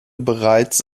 bereits